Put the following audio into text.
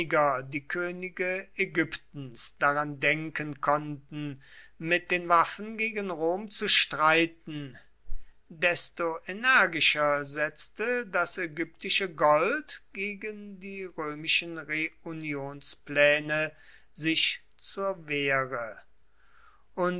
die könige ägyptens daran denken konnten mit den waffen gegen rom zu streiten desto energischer setzte das ägyptische gold gegen die römischen reunionspläne sich zur wehre